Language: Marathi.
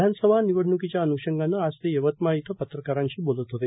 विधानसभा निवडण्कीच्या अनूषंगाने आज ते यवतमाळ इथे पत्रकारांशी बोलत होते